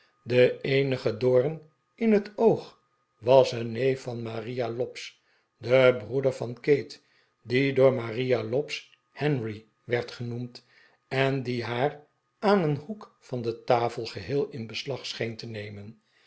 de eenige doom in het oog was een neef van maria lobbs de broeder van kate die door maria lobbs henry werd genoemd en die haar aan een hoekje van de tafel geheel in beslag scheen te nemen